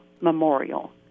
memorial